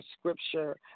scripture